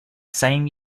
same